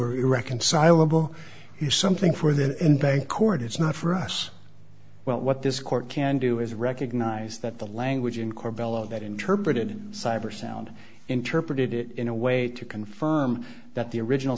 are irreconcilable you something for the bank court it's not for us well what this court can do is recognize that the language in court below that interpreted in cyber sound interpreted it in a way to confirm that the original